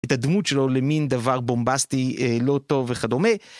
את הדמות שלו, למין דבר בומבסטי, אה, לא טוב, וכדומה.